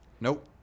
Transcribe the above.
Nope